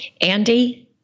Andy